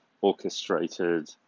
orchestrated